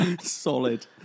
Solid